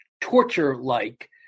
torture-like